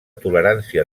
tolerància